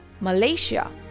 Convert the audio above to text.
Malaysia